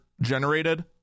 generated